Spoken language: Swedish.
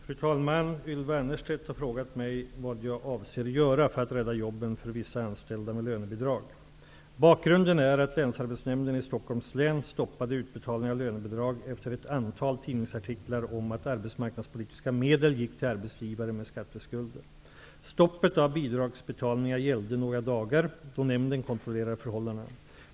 Fru talman! Ylva Annerstedt har frågat mig vad jag avser göra för att rädda jobben för vissa anställda med lönebidrag. Bakgrunden är att Länsarbetsnämnden i Stockholms län stoppade utbetalningar av lönebidrag efter ett antal tidningsartiklar om att arbetsmarknadspolitiska medel gick till arbetsgivare med skatteskulder. Stoppet av bidragsbetalningar gällde några dagar, då nämnden kontrollerade förhållandena.